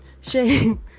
shame